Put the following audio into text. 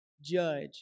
judge